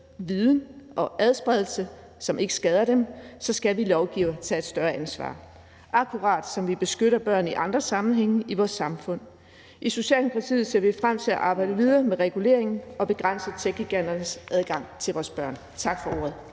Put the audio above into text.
viden og adspredelse, som ikke skader dem, så skal vi lovgivere tage et større ansvar, akkurat som vi beskytter børn i andre sammenhænge i vores samfund. I Socialdemokratiet ser vi frem til at arbejde videre med reguleringen og begrænse techgiganternes adgang til vores børn. Tak for ordet.